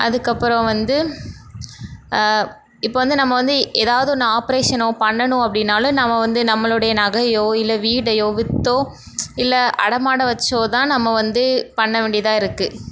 அதுக்கப்புறம் வந்து இப்போ வந்து நம்ப வந்து ஏதாவது ஒன்று ஆப்ரேஷனோக பண்ணணும் அப்படின்னாலோ நம்ப வந்து நம்பளுடைய நகையோ இல்லை வீடையோ வித்தோ இல்லை அடைமானம் வச்சோ தான் நம்ம வந்து பண்ண வேண்டியதாக இருக்கு